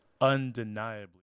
undeniably